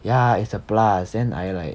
ya it's the plus then I like